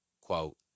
Quote